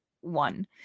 one